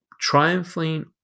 triumphing